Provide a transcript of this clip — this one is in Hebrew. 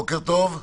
בוקר טוב.